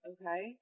okay